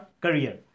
career